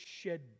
shed